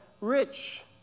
rich